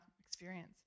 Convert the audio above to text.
experience